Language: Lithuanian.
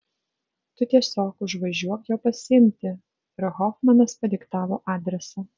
tu tiesiog užvažiuok jo pasiimti ir hofmanas padiktavo adresą